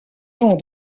temps